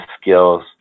skills